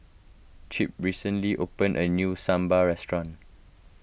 Chip recently opened a new Sambar restaurant